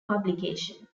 publication